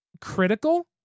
critical